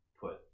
put